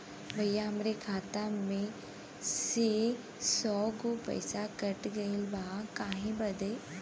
भईया हमरे खाता मे से सौ गो रूपया कट गइल बा काहे बदे?